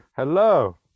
Hello